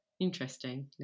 interesting